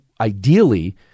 ideally